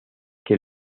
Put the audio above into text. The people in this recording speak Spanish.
que